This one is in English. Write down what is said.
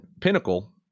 Pinnacle